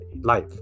life